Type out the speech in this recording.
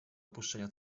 opuszczenia